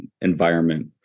environment